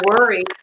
worry